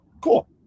Cool